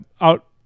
out